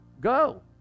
go